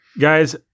guys